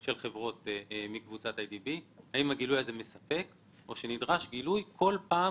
של חברות מקבוצת אי די בי - מספק או שנדרש גילוי כל פעם